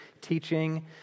teaching